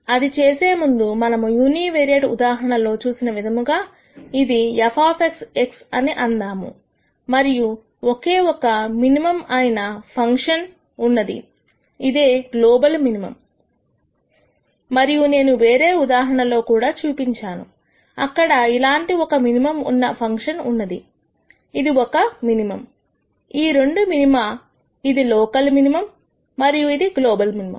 అది చేసే ముందు మనము యూనివేరియేట్ ఉదాహరణ లో చూసిన విధముగా ఇది f x అని అందాము మరియు ఓకే ఒక మినిమం అయినా ఫంక్షన్ ఉన్నది ఇదే గ్లోబల్ మినిమం మరియు నేను వేరే ఉదాహరణ కూడా చూపించాను అక్కడ ఇలాంటి ఒక మినిమం ఉన్న ఒక ఫంక్షన్ ఉన్నది ఇది ఒక మినిమమ్ ఈ రెండు మినిమా ఇది లోకల్ మినిమం మరియు ఇది గ్లోబల్ మినిమం